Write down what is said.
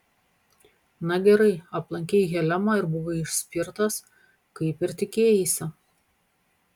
na gerai aplankei helemą ir buvai išspirtas kaip ir tikėjaisi